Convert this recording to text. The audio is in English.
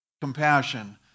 compassion